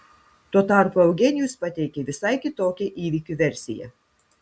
tuo tarpu eugenijus pateikė visai kitokią įvykių versiją